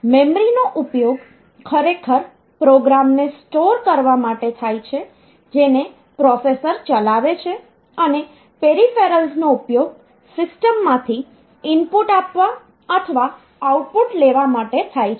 મેમરીનો ઉપયોગ ખરેખર પ્રોગ્રામને સ્ટોર કરવા માટે થાય છે જેને પ્રોસેસર ચલાવે છે અને પેરિફેરલ્સ નો ઉપયોગ સિસ્ટમમાંથી ઇનપુટ આપવા અથવા આઉટપુટ લેવા માટે થાય છે